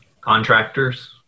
Contractors